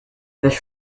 this